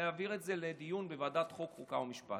להעביר את זה לדיון בוועדת החוקה, חוק ומשפט.